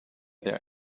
their